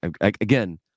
again